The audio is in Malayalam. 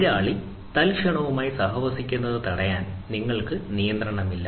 എതിരാളി തൽക്ഷണവുമായി സഹവസിക്കുന്നത് തടയാൻ നിങ്ങൾക്ക് നിയന്ത്രണമില്ല